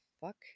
fuck